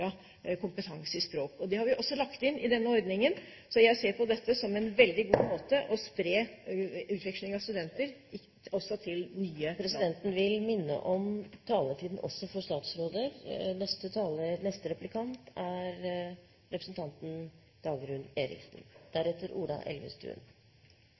kompetanse i språk. Det har vi også lagt inn i denne ordningen, så jeg ser på dette som en veldig god måte for å spre utveksling av studenter også til nye land. Presidenten vil minne om taletiden også for statsråder.